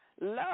love